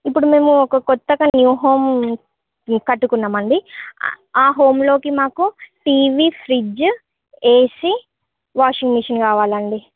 ఇప్పుడు మేము కొత్తగా న్యూ హోమ్ కట్టుకున్నామండీ ఆ హోంలోకి మాకు TV fridge AC washing machine కావాలండి